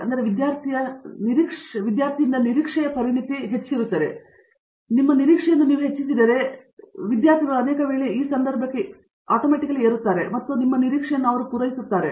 ಆದ್ದರಿಂದ ವಿದ್ಯಾರ್ಥಿಯ ನಿರೀಕ್ಷೆಯ ಪರಿಣತಿ ಹೆಚ್ಚಾಗುತ್ತದೆ ಮತ್ತು ನಿಮ್ಮ ನಿರೀಕ್ಷೆಯನ್ನು ನೀವು ಹೆಚ್ಚಿಸಿದರೆ ವಿದ್ಯಾರ್ಥಿಗಳು ಅನೇಕ ವೇಳೆ ಈ ಸಂದರ್ಭಕ್ಕೆ ಏರುತ್ತಾರೆ ಮತ್ತು ಅದನ್ನು ಪೂರೈಸುತ್ತಾರೆ